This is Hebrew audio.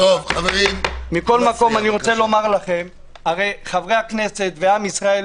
הרי חברי הנכסת ועם ישראל